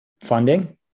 funding